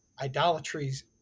idolatries